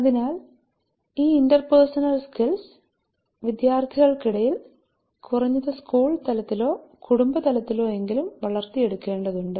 അതിനാൽ ഈ interpersonal skills വിദ്യാർത്ഥികൾക്കിടയിൽ കുറഞ്ഞത് സ്കൂൾ തലത്തിലോ കുടുംബ തലത്തിലോ എങ്കിലും വളർത്തിയെടുക്കേണ്ടതുണ്ട്